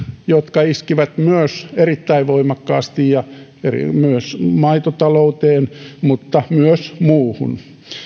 jotka myös iskivät erittäin voimakkaasti myös maitotalouteen mutta myös muuhun